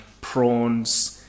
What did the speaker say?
prawns